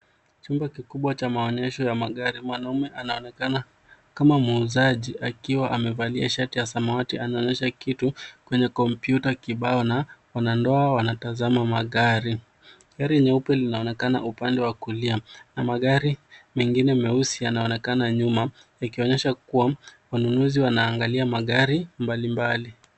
Chumba kikubwa cha maonyesho ya magari. Mwanamume anaonekana kama muuzaji akiwa amevalia shati ya samawati anaonyesha kitu kwenye kompyuta kibao na wanandoa wanatazama magari. Gari nyeupe linaonekana upande wa kulia na magari mengine meusi yanaonekana nyuma yakionyesha kuwa wanunuzi wanaangalia magari mbalimbali.